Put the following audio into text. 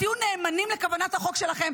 תהיו נאמנים לכוונת החוק שלכם,